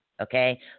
Okay